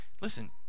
listen